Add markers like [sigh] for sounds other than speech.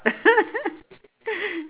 [laughs]